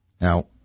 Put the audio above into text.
Now